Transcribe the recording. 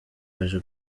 yaje